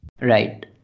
Right